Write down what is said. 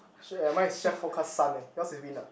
shit eh mine is forecast sun leh yours is wind ah